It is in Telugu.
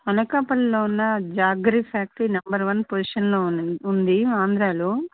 అనకాపల్లిలో ఉన్న జాగరి ఫ్యాక్టరీ నెంబర్ వన్ పోజిషన్లో ఉన్ ఉంది ఆంధ్రలో